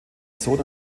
sohn